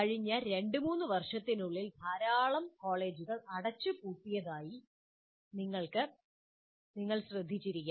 കഴിഞ്ഞ 2 3 വർഷത്തിനുള്ളിൽ ധാരാളം കോളേജുകൾ ഇതിനകം അടച്ചുപൂട്ടിയതായി നിങ്ങൾ ശ്രദ്ധിച്ചിരിക്കാം